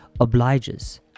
obliges